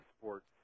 sports